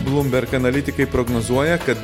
bloomberg analitikai prognozuoja kad